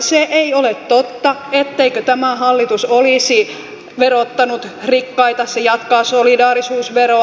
se ei ole totta etteikö tämä hallitus olisi verottanut rikkaita se jatkaa solidaarisuusveroa